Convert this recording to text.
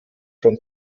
von